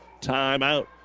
timeout